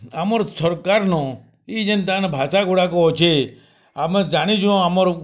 ଆମର୍ ସରକାର୍ନ ଇ ଯେନ୍ ତାମାନେ ଭାଷାଗୁଡ଼ାକ ଅଛେ ଆମେ ଜାଣିଚୁଁ ଆମର୍